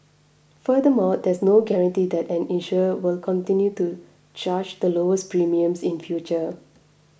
furthermore there is no guarantee that an insurer will continue to charge the lowest premiums in future